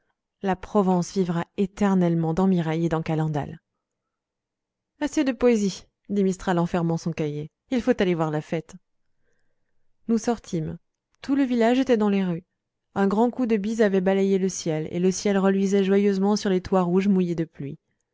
la provence vivra éternellement dans mireille et dans calendal assez de poésie dit mistral en fermant son cahier il faut aller voir la fête nous sortîmes tout le village était dans les rues un grand coup de bise avait balayé le ciel et le ciel reluisait joyeusement sur les toits rouges mouillés de pluie